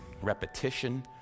repetition